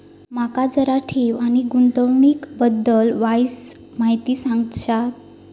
माका जरा ठेव आणि गुंतवणूकी बद्दल वायचं माहिती सांगशात?